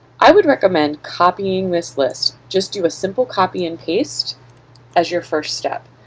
i would recommend copying this list. just do a simple copy and paste as your first step.